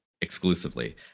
exclusively